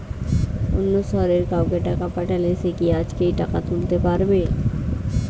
অন্য শহরের কাউকে টাকা পাঠালে সে কি আজকেই টাকা তুলতে পারবে?